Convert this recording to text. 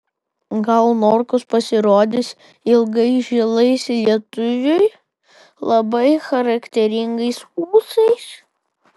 gal norkus pasirodys ilgais žilais lietuviui labai charakteringais ūsais